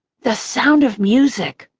the sound of music.